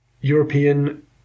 European